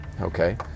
Okay